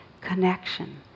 connection